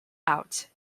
out